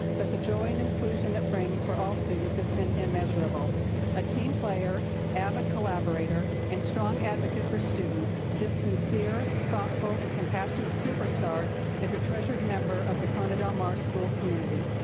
but the joy and inclusion it brings for all students has been immeasurable. a team player, avid collaborator, and strong advocate for students, this sincere, thoughtful, and compassionate super star is a treasured member of the corona del mar school community.